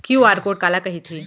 QR code काला कहिथे?